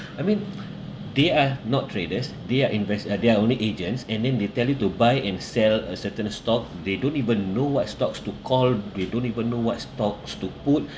I mean they are not traders they are invest~ uh they are only agents and then they tell you to buy and sell a certain stock they don't even know what stocks to call they don't even know what stocks to put